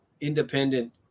independent